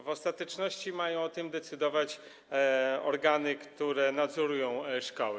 W ostateczności mają o tym decydować organy, które nadzorują szkoły.